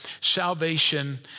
salvation